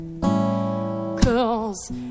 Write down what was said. Cause